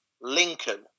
Lincoln